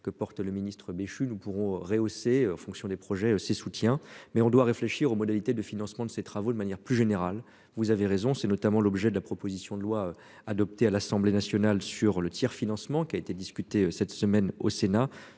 que porte le ministre Béchu nous pourrons rehaussé en fonction des projets ses soutiens. Mais on doit réfléchir aux modalités de financement de ces travaux de manière plus générale, vous avez raison c'est notamment l'objet de la proposition de loi adoptée à l'Assemblée nationale sur le tiers-financement qui a été discuté cette semaine au Sénat